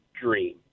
dream